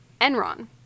Enron